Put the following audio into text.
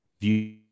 view